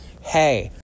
Hey